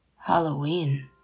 Halloween